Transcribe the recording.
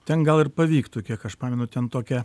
ten gal ir pavyktų kiek aš pamenu ten tokia